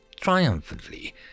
triumphantly